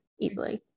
easily